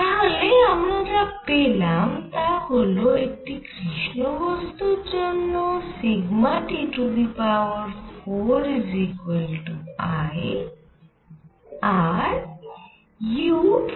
তাহলে আমরা যা পেলাম তা হল একটি কৃষ্ণ বস্তুর জন্য T4I আর u∝T4